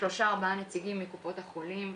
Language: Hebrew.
שלושה-ארבעה נציגים מקופות החולים,